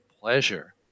pleasure